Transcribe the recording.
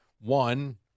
One